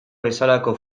bezalako